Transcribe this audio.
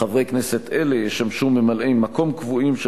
חברי כנסת אלה ישמשו ממלאי-מקום קבועים של